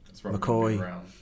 McCoy